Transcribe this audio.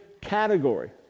category